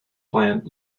plant